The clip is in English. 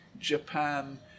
Japan